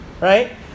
Right